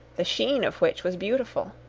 the sheen of which was beautiful.